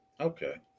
Okay